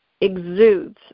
exudes